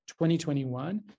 2021